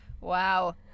wow